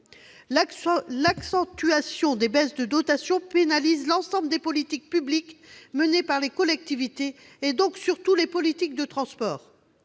L'accentuation des baisses de dotations pénalise l'ensemble des politiques publiques menées par les collectivités et, surtout, les politiques de transport.